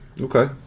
Okay